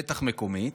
בטח מקומית,